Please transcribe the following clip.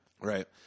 Right